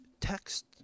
text